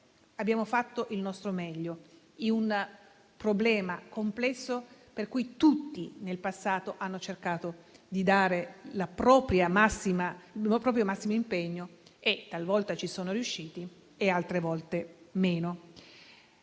abbiamo fatto il nostro meglio in un problema complesso per cui tutti in passato hanno cercato di mettere il proprio massimo impegno e talvolta ci sono riusciti, altre meno.